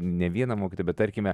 ne vieną mokytoją bet tarkime